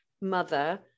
mother